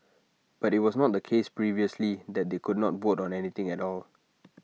but IT was not the case previously that they could not vote on anything at all